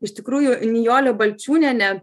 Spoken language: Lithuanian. iš tikrųjų nijolė balčiūnienė